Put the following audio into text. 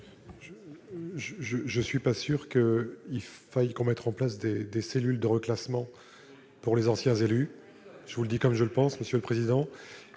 Je ne suis pas sûr qu'il faille mettre en place des cellules de reclassement pour anciens élus. Tout à fait ! Je vous le dis comme je le pense, monsieur le président